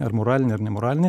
ar moralinę ar nemoralinę